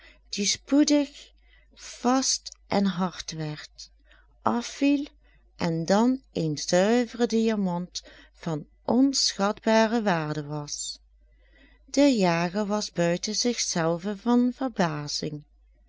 die spoedig vast en hard werd afviel en dan een zuivere diamant van onschatbare waarde was de jager was buiten zich zelven van verbazing